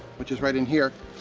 which is right in here,